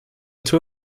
two